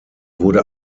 wurde